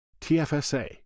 TFSA